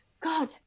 god